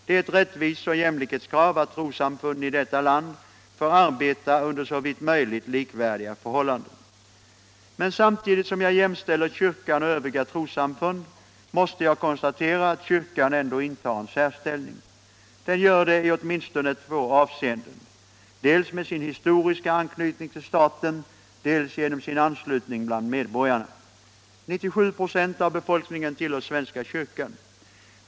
Det är ett rättviseoch jämlikhetskrav att trossamfunden i detta land får arbeta under såvitt möjligt likvärdiga förhållanden. Men samtidigt som jag jämställer kyrkan och övriga trossamfund måste jag konstatera att kyrkan ändock intar en särställning. Den gör det i åtminstone två avseenden: dels med sin historiska anknytning till staten, dels genom sin anslutning bland medborgarna. 97 96 av befolkningen tillhör svenska kyrkan.